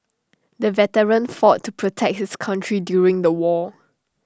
the veteran fought to protect his country during the war